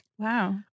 Wow